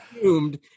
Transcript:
assumed